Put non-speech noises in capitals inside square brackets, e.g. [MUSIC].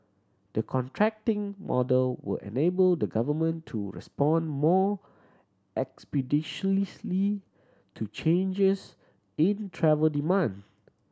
the contracting model will enable the Government to respond more [UNINTELLIGIBLE] to changes in travel demand